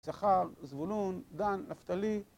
שחר, זבולון, דן, נפתלי